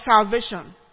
salvation